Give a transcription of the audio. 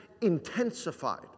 intensified